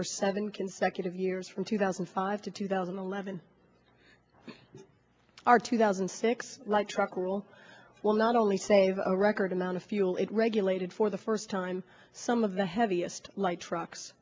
for seven consecutive years from two thousand and five to two thousand and eleven our two thousand and six like truck rule will not only save a record amount of fuel it regulated for the first time some of the heaviest light trucks